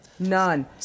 none